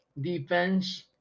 defense